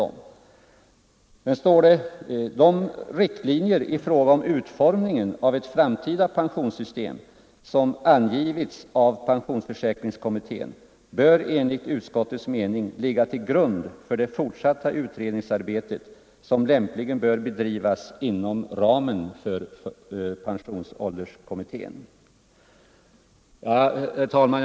Det heter vidare: ”De riktlinjer i fråga om utformningen av ett framtida pensionssystem som angivits av pensionsförsäkringskommittén bör enligt utskottets mening ligga till grund för det fortsatta utredningsarbetet, som lämpligen bör bedrivas inom ramen för pensionsålderskommittén.” Herr talman!